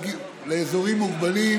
לאזורים מוגבלים,